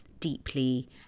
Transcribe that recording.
deeply